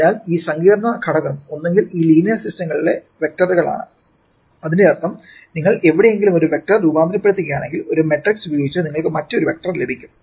അതിനാൽ ഈ സങ്കീർണ്ണ ഘടകം ഒന്നുകിൽ ഈ ലീനിയർ സിസ്റ്റങ്ങളുടെ വെക്റ്ററുകളാണ് അതിന്റെ അർത്ഥം നിങ്ങൾ എവിടെയെങ്കിലും ഒരു വെക്റ്റർ രൂപാന്തരപ്പെടുത്തുകയാണെങ്കിൽ ഒരു മാട്രിക്സ് ഉപയോഗിച്ച് നിങ്ങൾക്ക് മറ്റൊരു വെക്റ്റർ ലഭിക്കും